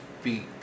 feet